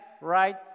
right